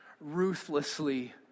ruthlessly